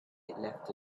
left